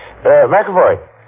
McAvoy